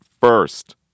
first